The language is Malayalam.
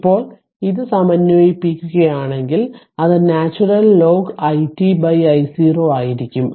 ഇപ്പോൾ ഇത് സമന്വയിപ്പിക്കുകയാണെങ്കിൽ അത് natural log i t I0 ആയിരിക്കും